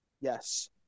Yes